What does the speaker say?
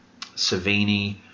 Savini